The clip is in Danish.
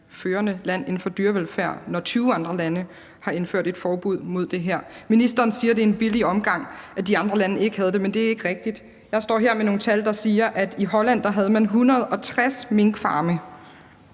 førende land inden for dyrevelfærd, når 20 andre lande har indført et forbud mod det her? Ministeren siger, det er en billig omgang, og at de andre lande ikke havde det, men det er ikke rigtigt. Jeg står her med nogle tal, der viser, at i Holland havde man 160 minkfarme